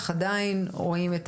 אך עדיין רואים.